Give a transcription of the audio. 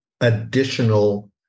additional